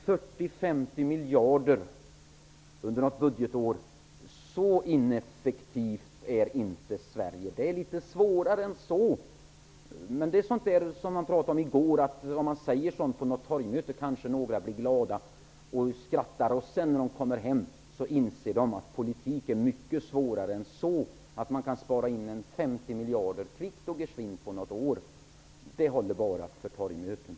40--50 miljarder under ett budgetår -- så ineffektivt är inte Sverige. Det är litet svårare än så. Det är som det sades i går, dvs. om man säger sådant vid ett torgmöte kanske några blir glada och skrattar. Men sedan när de kommer hem inser de att politiken är mycket svårare än att det går att spara in 50 miljarder kvickt och gesvint på ett år. Det håller bara för torgmöten.